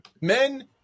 Men